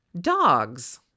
Dogs